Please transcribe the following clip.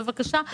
בבקשה.